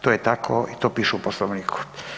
To je tako i to piše u Poslovniku.